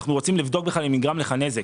אנחנו רוצים לבדוק אם בכלל נגרם לך נזק.